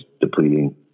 depleting